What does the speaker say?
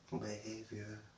behavior